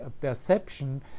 perception